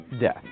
Death